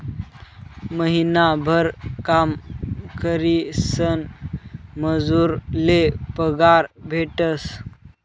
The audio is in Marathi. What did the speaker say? महिनाभर काम करीसन मजूर ले पगार भेटेस